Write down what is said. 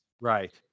right